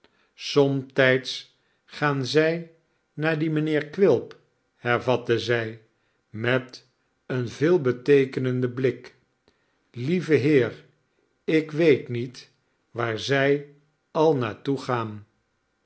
somtijds gaan zij naar dien mijnheer quilp hervatte zij met een veelbeteekenenden blik lieve heer ik weet niet waar zij al naar toe gaan